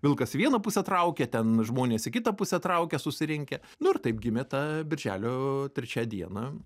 vilkas į vieną pusę traukia ten žmonės į kitą pusę traukia susirinkę nu ir taip gimė ta birželio trečią dieną